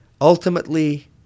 ultimately